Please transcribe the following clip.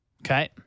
Okay